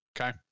okay